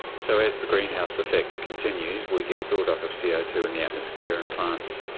so as the greenhouse effect continues we get a build-up of c o two in the atmosphere and plants,